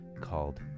called